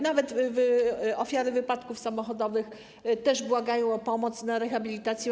Nawet ofiary wypadków samochodowych błagają o pomoc przy rehabilitacji.